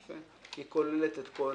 ואני לא נכנס לכל